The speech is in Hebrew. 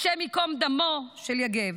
השם ייקום דמו של יגב.